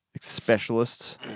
Specialists